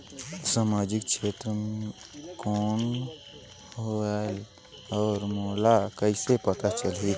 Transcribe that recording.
समाजिक क्षेत्र कौन होएल? और मोला कइसे पता चलही?